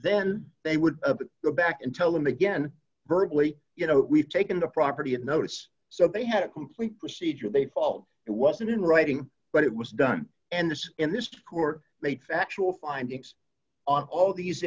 then they would go back and tell him again berkeley you know we've taken the property of notes so they had a complete procedure they fault it wasn't in writing but it was done and this and this court made factual findings on all these